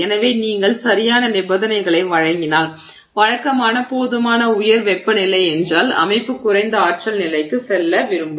எனவே நீங்கள் சரியான நிபந்தனைகளை வழங்கினால் வழக்கமாக போதுமான உயர் வெப்பநிலை என்றால் அமைப்பு குறைந்த ஆற்றல் நிலைக்கு செல்ல விரும்பும்